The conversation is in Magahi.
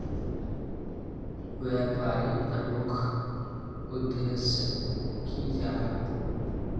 व्यापारी प्रमुख उद्देश्य की जाहा?